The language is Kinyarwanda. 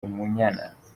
umunyana